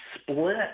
split